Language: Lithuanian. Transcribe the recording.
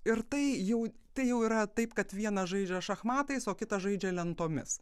ir tai jau tai jau yra taip kad vienas žaidžia šachmatais o kitas žaidžia lentomis